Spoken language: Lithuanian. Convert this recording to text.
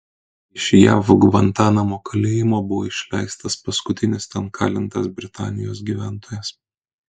iš jav gvantanamo kalėjimo bus išleistas paskutinis ten kalintis britanijos gyventojas